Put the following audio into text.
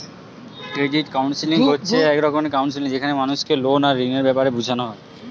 credit counselling হচ্ছে এক রকমের কাউন্সেলিং যেখানে মানুষকে লোন আর ঋণের বেপারে বুঝানা হয়